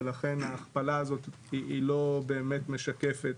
ולכן ההכפלה הזאת היא לא באמת משקפת